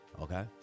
Okay